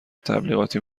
تبلیغاتی